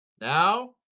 Now